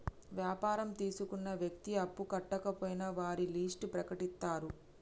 వ్యాపారం తీసుకున్న వ్యక్తి అప్పు కట్టకపోయినా వారి లిస్ట్ ప్రకటిత్తరు